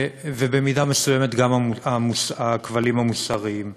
ובמידה מסוימת גם הכבלים המוסריים.